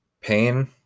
pain